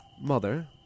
Mother